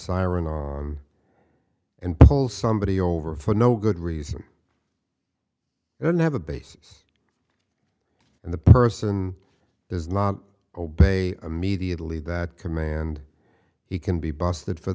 siren on and pull somebody over for no good reason i don't have a basis and the person does not obey immediately that command he can be busted for